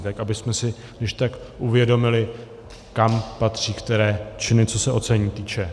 Tak abychom si když tak uvědomili, kam patří které činy, co se ocenění týče.